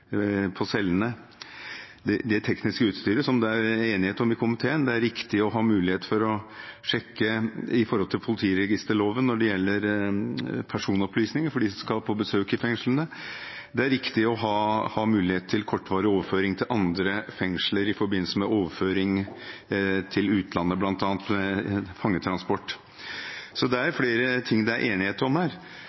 på cellene. Det tekniske utstyret er det enighet om i komiteen. Det er riktig å ha mulighet for å sjekke opp mot politiregisterloven når det gjelder personopplysninger for dem som skal på besøk i fengslene. Det er riktig å ha mulighet til kortvarig overføring til andre fengsler i forbindelse med overføring til utlandet ved bl.a. fangetransport. Så det er flere ting det er enighet om her.